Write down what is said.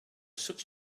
such